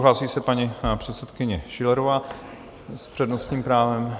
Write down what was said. Hlásí se paní předsedkyně Schillerová s přednostním právem.